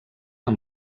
amb